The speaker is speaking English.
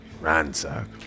Ransack